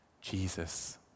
Jesus